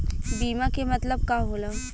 बीमा के मतलब का होला?